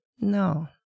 No